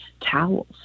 towels